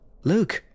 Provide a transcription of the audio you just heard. Luke